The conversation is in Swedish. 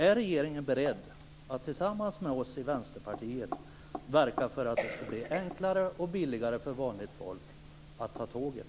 Är regeringen beredd att tillsammans med oss i Vänsterpartiet verka för att det skall bli enklare och billigare för vanligt folk att ta tåget?